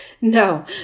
no